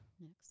Next